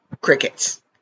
Crickets